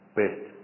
best